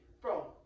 bro